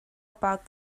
about